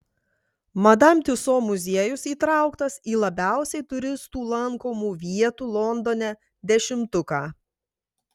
madam tiuso muziejus įtrauktas į labiausiai turistų lankomų vietų londone dešimtuką